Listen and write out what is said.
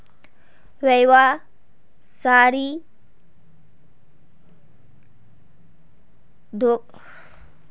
व्यवसायी थोकत माल कम रेटत खरीदे लाभ कमवा सक छी